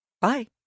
Bye